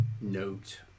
note